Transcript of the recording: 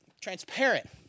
transparent